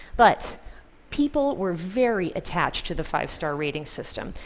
but people were very attached to the five-star rating system.